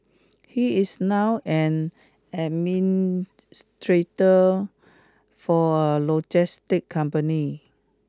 he is now an administrator for a logistics company